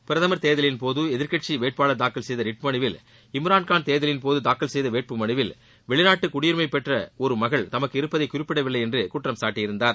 பிரதமர் தேர்தலின்போது எதிர்க்கட்சி வேட்பாளர் தாக்கல் செய்த ரிட் மனுவில் இம்ரான்கான் தேர்தலின்போது தாக்கல் செய்த வேட்புமனுவில் வெளிநாட்டு குடியுரிமை பெற்ற ஒரு மகள் தமக்கு இருப்பதை குறிப்பிடவில்லை என்று குற்றம் சாட்டியிருந்தார்